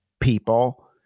people